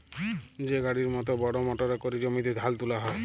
যে গাড়ির মত বড় মটরে ক্যরে জমিতে ধাল তুলা হ্যয়